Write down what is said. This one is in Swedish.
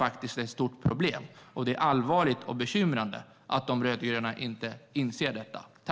Detta är ett stort problem, och det är allvarligt och bekymrande att de rödgröna inte inser detta.